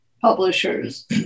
publishers